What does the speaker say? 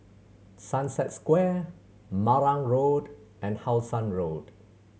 Sunset Square Marang Road and How Sun Road